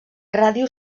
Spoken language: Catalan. ràdio